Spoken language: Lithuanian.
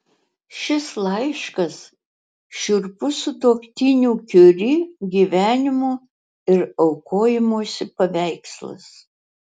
šis laiškas šiurpus sutuoktinių kiuri gyvenimo ir aukojimosi paveikslas